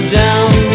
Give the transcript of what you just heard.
down